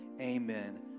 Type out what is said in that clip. amen